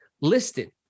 listed